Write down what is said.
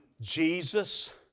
Jesus